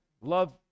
love